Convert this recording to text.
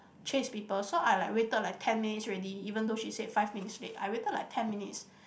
chase people so I like waited like ten minutes already even though she say five minutes late I waited like ten minutes